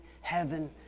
heaven